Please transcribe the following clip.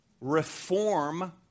reform